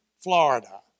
Florida